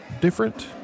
different